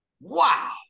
Wow